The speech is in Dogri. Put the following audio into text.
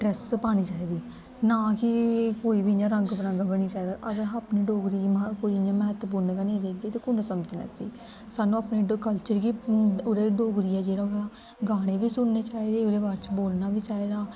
ड्रैस पानी चाहिदी नां कि कोई बी इ'यां रंग बरंगा बनना चाहिदा अगर असें अपनी डोगरी गी मह कोई इ'यां म्हत्तवपूर्ण गै निं देग्गे ते कु'न समझना इस्सी सानूं अपने कलचर गी ओह्दे डोगरी ऐ जेह्ड़ा गाने बी सुनने चाहिदे ओह्दे बाद च बोलना बी चाहिदा